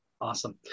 Awesome